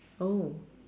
oh